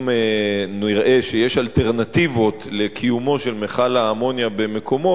אם נראה שיש אלטרנטיבות לקיומו של מכל האמוניה במקומו,